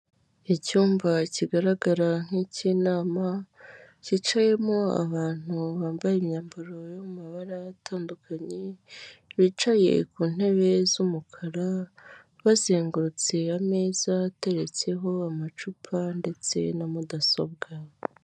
Icyumba kigaragara nk'icy'inama, cyicayemo abantu bambaye imyambaro yo mu mabara atandukanye, bicaye ku ntebe z'umukara, bazengurutse ameza ateretseho amacupa ndetse na mudasobwa.